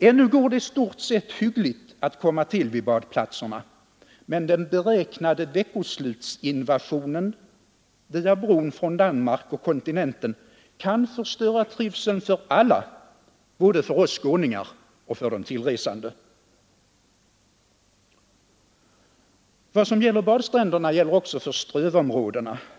Ännu går det i stort sett hyggligt att komma till vid badplatserna, men den beräknade veckoslutsinvasionen via bron från Danmark och kontinenten kan förstöra trivseln för alla, både för oss skåningar och för de tillresande. Vad som gäller badstränderna gäller också strövområdena.